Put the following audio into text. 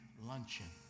luncheon